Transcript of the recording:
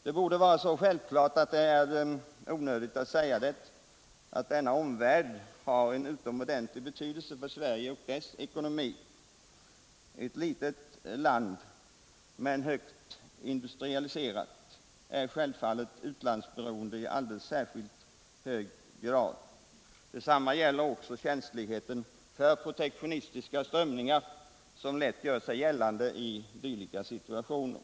Det borde vara så självklart att det vore onödigt att säga det, att denna omvärld är av utomordentligt stor betydelse för Sverige och dess ekonomi. Ett litet men högt industrialiserat land är självfallet utlandsberoende i alldeles särskilt hög grad. Detsamma gäller också känsligheten för protektionistiska strömningar, som lätt gör sig gällande i dylika situationer.